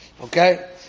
Okay